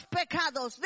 pecados